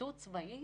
פרקליטות צבאית?